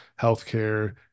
healthcare